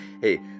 Hey